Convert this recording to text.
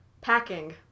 Packing